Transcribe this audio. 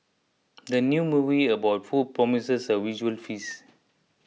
the new movie about food promises a visual feast